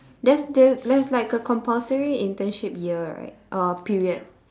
there's the there's like a compulsory internship year right uh period